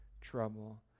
trouble